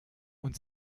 und